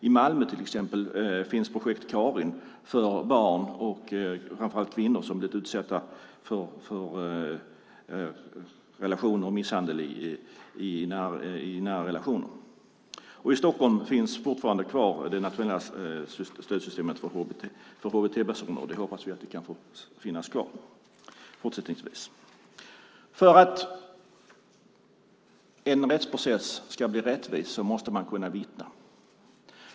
I Malmö finns till exempel projekt Karin för barn och framför allt kvinnor som har blivit utsatta för misshandel i nära relationer. I Stockholm finns det nationella stödsystemet för HBT-personer fortfarande kvar. Vi hoppas att det kan få finnas kvar fortsättningsvis. För att en rättsprocess ska bli rättvis måste man kunna vittna.